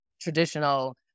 traditional